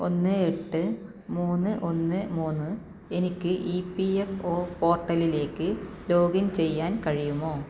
ഒന്ന് എട്ട് മൂന്ന് ഒന്ന് മൂന്ന് എനിക്ക് ഇ പി എഫ് ഒ പോർട്ടലിലേക്ക് ലോഗിൻ ചെയ്യാൻ കഴിയുമോ